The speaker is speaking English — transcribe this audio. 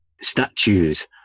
statues